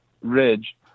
ridge